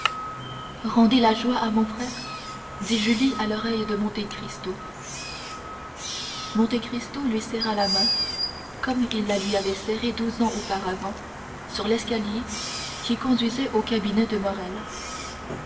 rendez la joie à mon frère dit julie à l'oreille de monte cristo monte cristo lui serra la main comme il la lui avait serrée onze ans auparavant sur l'escalier qui conduisait au cabinet de morrel